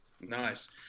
Nice